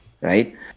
right